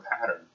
pattern